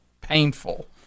painful